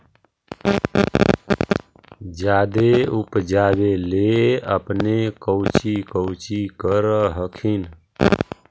जादे उपजाबे ले अपने कौची कौची कर हखिन?